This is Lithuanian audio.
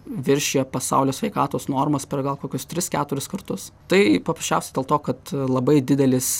viršija pasaulio sveikatos normas per gal kokius tris keturis kartus tai paprasčiausia dėl to kad labai didelis